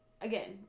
again